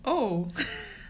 oh